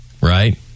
Right